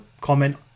comment